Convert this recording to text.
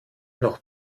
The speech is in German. noch